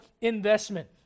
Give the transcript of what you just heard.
investment